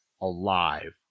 alive